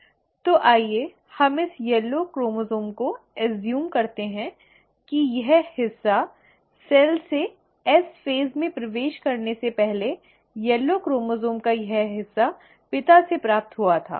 तो आइए हम इस पीले क्रोमोसोम् को मानते हैं कि यह हिस्सा सेल से एस चरण में प्रवेश करने से पहले पीले गुणसूत्र का यह हिस्सा पिता से प्राप्त हुआ था